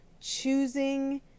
choosing